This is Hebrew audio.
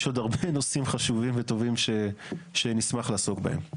יש עוד הרבה נושאים חשובים וטובים שנשמח לעסוק בהם.